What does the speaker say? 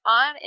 on